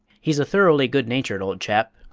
he's a thoroughly good-natured old chap,